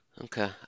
Okay